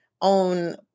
own